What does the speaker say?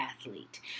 athlete